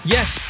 Yes